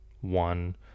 one